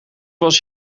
was